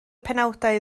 penawdau